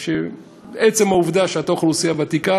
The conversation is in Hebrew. עצם העובדה שיש אוכלוסייה ותיקה,